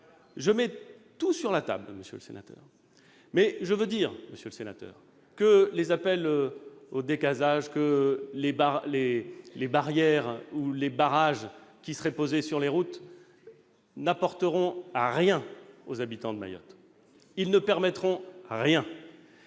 Je mets tout sur la table, monsieur le sénateur, mais je veux dire que les appels au « décasage », non plus que les barrières ou les barrages qui seraient installés sur les routes, n'apporteront rien aux habitants de Mayotte : ils ne permettront rien